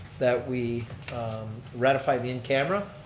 that we ratify the in camera.